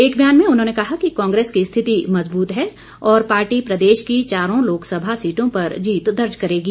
एक ब्यान में उन्होंने कहा कि कांग्रेस की स्थिति मजबूत है और पार्टी प्रदेश की चारो लोक सभा सीटों पर जीत दर्ज करेगी